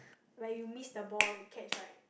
like you miss the ball you catch right